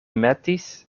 metis